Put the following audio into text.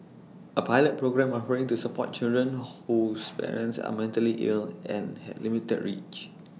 A pilot programme offering the support to children whose parents are mentally ill and had limited reach